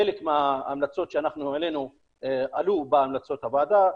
חלק מההמלצות שאנחנו העלינו עלו בהמלצות הוועדה,